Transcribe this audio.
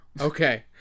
Okay